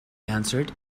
answered